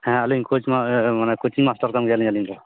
ᱦᱮᱸ ᱟᱹᱞᱤᱧ ᱠᱳᱡ ᱢᱟᱱᱮ ᱠᱳᱪᱤᱝ ᱢᱟᱥᱴᱟᱨ ᱠᱟᱱ ᱜᱮᱭᱟᱞᱤᱧ ᱟᱹᱞᱤᱧ ᱫᱚ